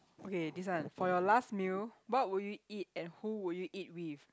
okay this one for your last meal what would you eat and who would you eat with